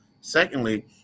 Secondly